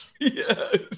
Yes